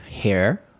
hair